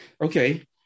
Okay